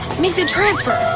make the transfer!